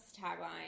tagline